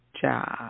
job